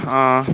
آ